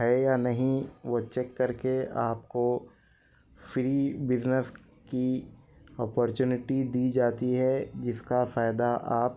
ہے یا نہیں وہ چیک کر کے آپ کو فری بزنیس کی اپرچونیٹی دی جاتی ہے جس کا فائدہ آپ